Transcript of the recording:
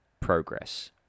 progress